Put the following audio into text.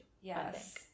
Yes